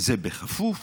זה בכפוף